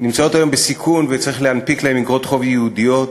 נמצאות היום בסיכון וצריך להנפיק להן איגרות חוב ייעודיות